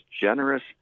generous